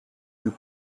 plus